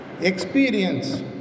Experience